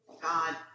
God